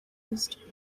used